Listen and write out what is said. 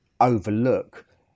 overlook